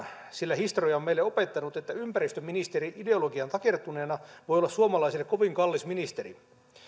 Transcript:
sillä historia on meille opettanut että ympäristöministeri ideologiaan takertuneena voi olla suomalaisille kovin kallis ministeri